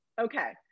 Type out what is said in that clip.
Okay